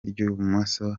ry’ibumoso